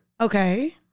Okay